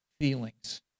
feelings